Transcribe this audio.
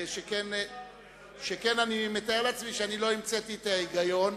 שכן אני מתאר לעצמי שלא המצאתי את ההיגיון,